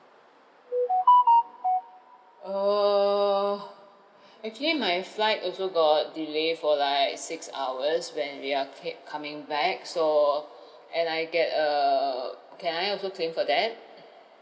err actually my flight also got delay for like six hours when we are ca~ coming back so and I get err can I also claim for that